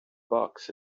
box